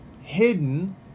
hidden